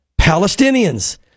palestinians